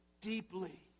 deeply